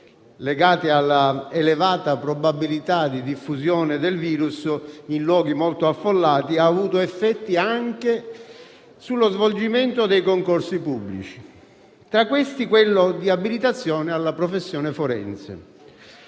legate all'elevata probabilità di diffusione del virus in luoghi molto affollati, ha avuto effetti anche sullo svolgimento dei concorsi pubblici, tra cui quello di abilitazione alla professione forense.